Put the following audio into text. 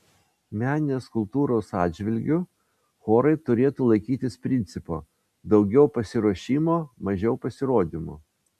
meninės kultūros atžvilgiu chorai turėtų laikytis principo daugiau pasiruošimo mažiau pasirodymų